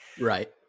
Right